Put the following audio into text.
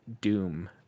Doom